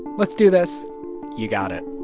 let's do this you got it.